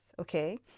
okay